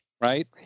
right